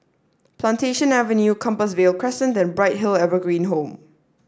Plantation Avenue Compassvale Crescent and Bright Hill Evergreen Home